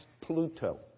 Pluto